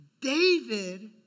David